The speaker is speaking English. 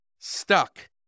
Stuck